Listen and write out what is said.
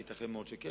ייתכן מאוד שכן,